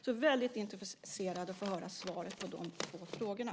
Jag är väldigt intresserad av att få höra svaret på de två frågorna.